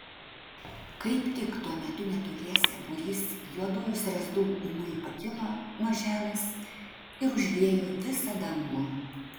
kaip tik tuo metu netoliese būrys juodųjų strazdų ūmai pakilo nuo žemės ir užliejo visą dangų